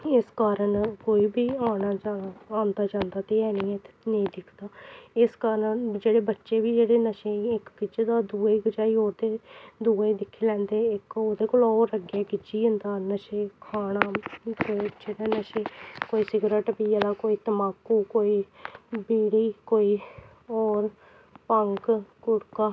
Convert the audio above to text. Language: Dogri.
इस कारण कोई बी औना जाना औंदा जांदा ते है नी ऐ इत्थै नेईं दिखदा इस कारण जेह्ड़े बच्चे बी जेह्ड़े नशें गी इक गिज्झे दा ओह् दुए गी गझाई ओड़दे दुएं गी दिक्खी लैंदे इक ओह्दे कोला होर अग्गें गिज्झी जंदा नशे खाना मतलब कि जेह्ड़े नशे कोई सिगरट पिया जां कोई तम्बाकू कोई बीड़ी कोई होर भंग गुटका